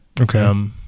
Okay